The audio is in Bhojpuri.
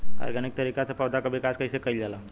ऑर्गेनिक तरीका से पौधा क विकास कइसे कईल जाला?